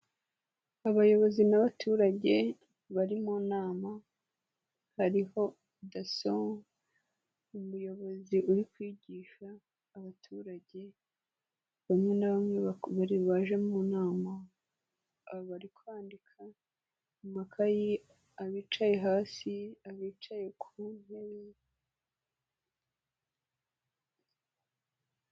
Abayobozi n'abaturage bari mu nama hariho daso, umuyobozi uri kwigisha abaturage bamwe na bamwe ba baje mu nama, abari kwandika ku makayi, abicaye hasi n' abicaye ku ntebe ye.